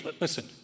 Listen